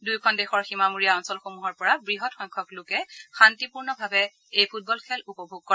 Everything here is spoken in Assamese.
দুয়োখন দেশৰ সীমামূৰীয়া অঞ্চলসমূহৰ পৰা বৃহৎ সংখ্যক লোকে শান্তিপূৰ্ণভাৱে এই ফুটবল খেল উপভোগ কৰে